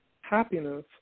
Happiness